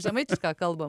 žemaitiška kalbam